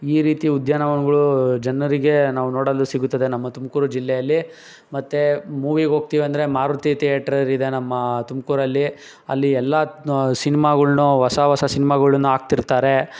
ಈ ರೀತಿ ಉದ್ಯಾನವನ್ಗಳು ಜನರಿಗೆ ನಾವು ನೋಡಲು ಸಿಗುತ್ತದೆ ನಮ್ಮ ತುಮಕೂರು ಜಿಲ್ಲೆಯಲ್ಲಿ ಮತ್ತು ಮೂವಿಗೆ ಹೋಗ್ತೀವಿ ಅಂದರೆ ಮಾರುತಿ ತಿಯೇಟ್ರರ್ ಇದೆ ನಮ್ಮ ತುಮಕೂರಲ್ಲಿ ಅಲ್ಲಿ ಎಲ್ಲ ಸಿನ್ಮಾಗಳ್ನೂ ಹೊಸ ಹೊಸ ಸಿನ್ಮಾಗಳ್ನೂ ಹಾಕ್ತಿರ್ತಾರೆ